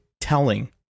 telling